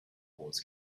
wars